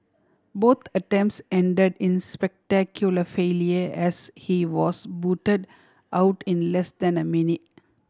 both attempts end in spectacular failure as he was booted out in less than a minute